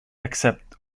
except